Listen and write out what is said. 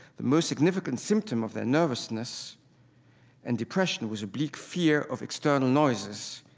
the most significant symptom of their nervousness and depression was a bleak fear of external noises,